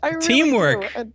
Teamwork